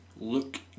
look